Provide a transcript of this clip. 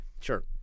Sure